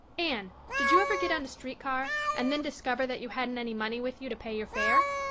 anne, did you ever get on a street car and then discover that you hadn't any money with you to pay your fare?